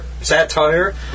satire